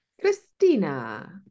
christina